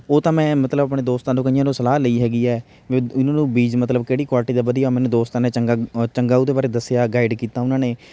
ਉਹ ਤਾਂ ਮੈਂ ਮਤਲਬ ਆਪਣੇ ਦੋਸਤਾਂ ਤੋਂ ਕਈਆਂ ਨੂੰ ਸਲਾਹ ਲਈ ਹੈਗੀ ਹੈ ਵੀ ਇਹਨਾਂ ਨੂੰ ਬੀਜ ਮਤਲਬ ਕਿਹੜੀ ਕੁਆਲਟੀ ਦਾ ਵਧੀਆ ਮੈਨੂੰ ਦੋਸਤਾਂ ਨੇ ਚੰਗਾ ਚੰਗਾ ਉਹਦੇ ਬਾਰੇ ਦੱਸਿਆ ਗਾਈਡ ਕੀਤਾ ਉਹਨਾਂ ਨੇ